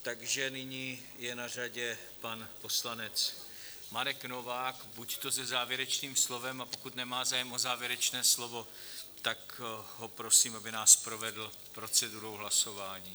Takže nyní je na řadě pan poslanec Marek Novák buď se závěrečným slovem, a pokud nemá zájem o závěrečné slovo, tak ho prosím, aby nás provedl procedurou hlasování.